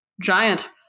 giant